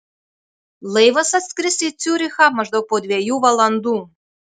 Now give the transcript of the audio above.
laivas atskris į ciurichą maždaug po dviejų valandų